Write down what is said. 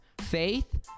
faith